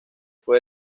fue